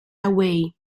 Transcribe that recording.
away